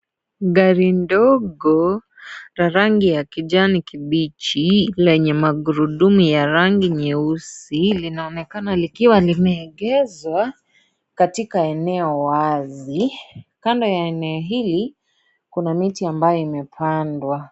Gari ndogo, la rangi ya kijani kibichi, lenye magurudumu ya rangi nyeusi. Linaonekana likiwa limeegeshwa katika eneo wazi. Kando ya eneo hili, kuna miti ambayo imepandwa.